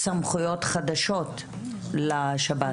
סמכויות חדשות לשב"ס.